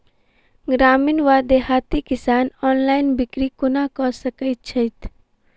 ग्रामीण वा देहाती किसान ऑनलाइन बिक्री कोना कऽ सकै छैथि?